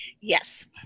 Yes